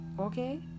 Okay